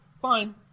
fine